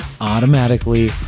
automatically